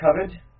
covered